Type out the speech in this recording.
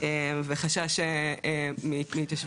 וחשש מהתיישבות.